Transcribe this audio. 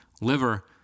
liver